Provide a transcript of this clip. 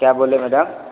क्या बोले मैडम